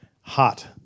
hot